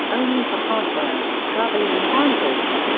only for hardware, travelling and bandwidth.